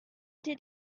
did